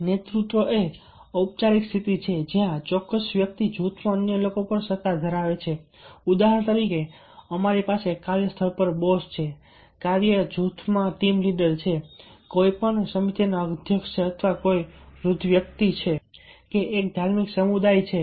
નેતૃત્વ એ ઔપચારિક સ્થિતિ છે જ્યાં ચોક્કસ વ્યક્તિ જૂથમાં અન્ય લોકો પર સત્તા ધરાવે છે ઉદાહરણ તરીકે અમારી પાસે કાર્યસ્થળ પર બોસ છે કાર્ય જૂથમાં ટીમ લીડર છે કોઈપણ સમિતિના અધ્યક્ષ છે અથવા કોઈ વૃદ્ધ વ્યક્તિ છે એક ધાર્મિક સમુદાય છે